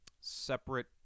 separate